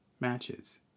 matches